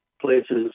places